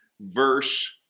verse